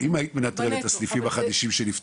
אם היית מנטרלת את הסניפים החדשים שנפתחו?